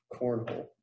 Cornhole